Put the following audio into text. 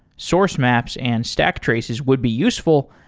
source maps and stack traces would be useful,